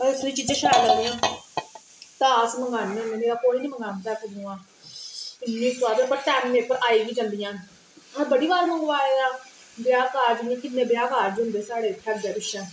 हर चीज शैल लगदियां तां अस मंगवाने होन्ने नेईं ते कोई नेईं मंगवांदा ऐ इन्नी शैल ते कन्नै टेंमे उप्पर आई बी जंदियां ना अस बड़ी बार मंगवाए दा ब्याह कारज किन्ने ब्याह कारज होंदे साढै़ अग्गे पिच्छे